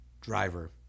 driver